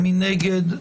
מי נגד?